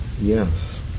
Yes